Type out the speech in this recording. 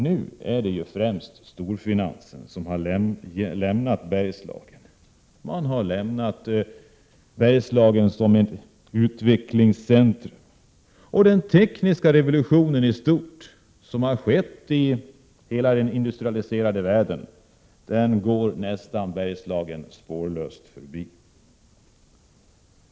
Nu är det främst storfinansen som har lämnat Bergslagen — som utvecklingscentrum har Bergslagen övergivits. Den tekniska revolutionen i stort, som har skett i hela den industrialiserade världen, går Bergslagen nästan spårlöst förbi.